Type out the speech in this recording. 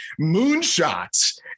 moonshots